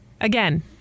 Again